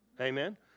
Amen